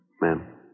Ma'am